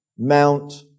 mount